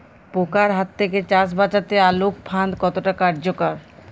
পোকার হাত থেকে চাষ বাচাতে আলোক ফাঁদ কতটা কার্যকর?